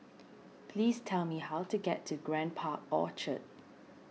please tell me how to get to Grand Park Orchard